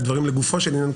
אלא דברים לגופו של עניין,